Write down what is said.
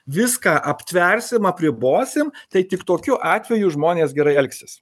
viską aptversim apribosim tai tik tokiu atveju žmonės gerai elgsis